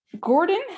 Gordon